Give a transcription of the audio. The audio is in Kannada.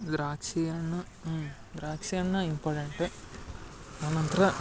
ದ್ರಾಕ್ಷಿ ಹಣ್ಣು ದ್ರಾಕ್ಷಿ ಹಣ್ಣು ಇಂಪಾರ್ಟೆಂಟು ಅನಂತ್ರ